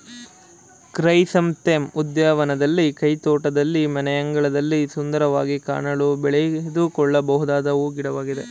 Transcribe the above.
chrysanthemum ಉದ್ಯಾನವನದಲ್ಲಿ, ಕೈತೋಟದಲ್ಲಿ, ಮನೆಯಂಗಳದಲ್ಲಿ ಸುಂದರವಾಗಿ ಕಾಣಲು ಬೆಳೆದುಕೊಳ್ಳಬೊದಾದ ಹೂ ಗಿಡವಾಗಿದೆ